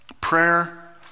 prayer